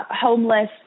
homeless